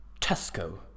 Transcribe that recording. Tesco